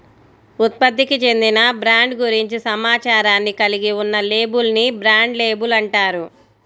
ఉత్పత్తికి చెందిన బ్రాండ్ గురించి సమాచారాన్ని కలిగి ఉన్న లేబుల్ ని బ్రాండ్ లేబుల్ అంటారు